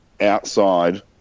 outside